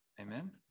Amen